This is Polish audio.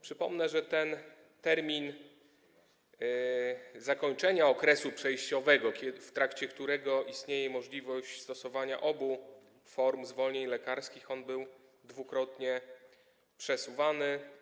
Przypomnę, że ten termin zakończenia okresu przejściowego, w którego trakcie istnieje możliwość stosowania obu form zwolnień lekarskich, był dwukrotnie przesuwany.